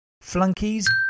flunkies